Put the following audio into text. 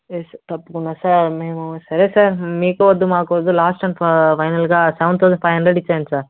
yes తప్పకుండా sir మేము సరే సార్ మీకు వద్దు మాకూ వద్దు లాస్ట్ అండ్ ఫై ఫైనల్గా సెవెన్ థౌజండ్ ఫైవ్ హండ్రడ్ ఇచ్చేయండి సార్